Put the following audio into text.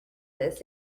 this